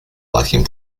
lacking